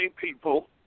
people